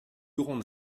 grande